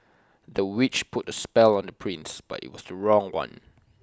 the witch put A spell on the prince but IT was the wrong one